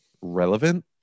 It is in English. relevant